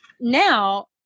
now